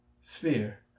Sphere